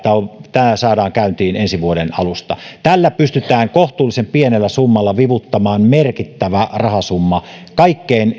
tämä saadaan käyntiin ensi vuoden alusta tällä pystytään kohtuullisen pienellä summalla vivuttamaan merkittävä rahasumma kaikkein